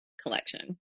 collection